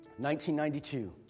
1992